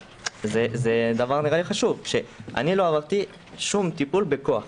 זה דבר חשוב, שאני לא עברתי שום טיפול בכוח.